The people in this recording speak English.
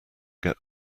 get